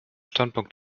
standpunkt